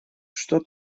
что